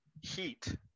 heat